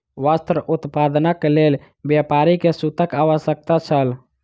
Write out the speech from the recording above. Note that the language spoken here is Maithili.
वस्त्र उत्पादनक लेल व्यापारी के सूतक आवश्यकता छल